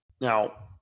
Now